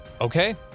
Okay